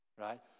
right